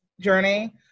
journey